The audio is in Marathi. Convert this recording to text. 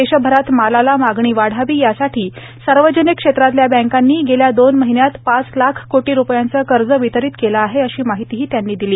देशभरात मालाला मागणी वाढावी यासाठी सार्वजनिक क्षेत्रातल्या बॅकांनी गेल्या दोन महिन्यात पाच लाख कोटी रुपयांचं कर्ज वितरित केलं आहे अशी माहिती त्यांनी दिली